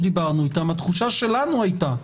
התחושה שלנו הייתה,